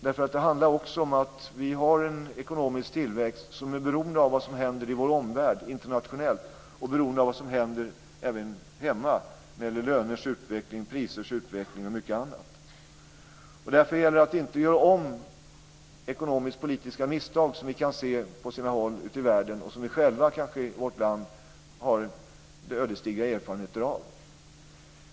Det handlar också om att vi har en ekonomisk tillväxt som är beroende av vad som händer i vår omvärld, internationellt, och vi är även beroende av vad som händer här hemma när det gäller löners och prisers utveckling och mycket annat. Därför gäller det att inte göra om de ekonomisk-politiska misstag som vi kan se på sina håll ute i världen och som vi själva i vårt land kanske har ödesdigra erfarenheter av.